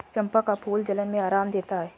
चंपा का फूल जलन में आराम देता है